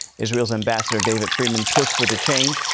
israel's ambassador david freeman push for the change.